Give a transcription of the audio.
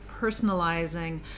personalizing